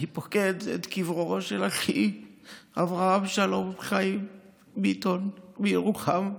אני פוקד את קברו של אחי אברהם שלום חיים ביטון בירוחם.